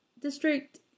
district